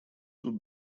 тут